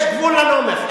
יש גבול לנומך.